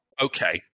Okay